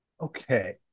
Okay